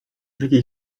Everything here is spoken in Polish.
takich